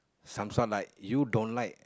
some sort like you don't like